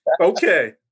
Okay